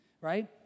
right